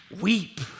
weep